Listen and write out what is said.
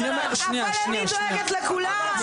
אבל אני דואגת לכולם.